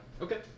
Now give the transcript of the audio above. Okay